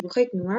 דיווחי תנועה,